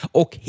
och